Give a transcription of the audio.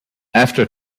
after